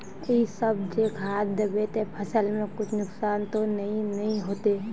इ सब जे खाद दबे ते फसल में कुछ नुकसान ते नय ने होते